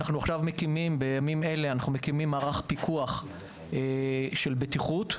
בימים אלה אנחנו מקימים מערך פיקוח של בטיחות,